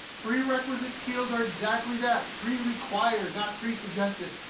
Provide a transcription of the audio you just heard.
prerequisite skills are exactly that pre-required, not pre-suggested.